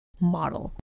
model